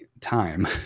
time